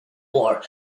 war